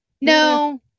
no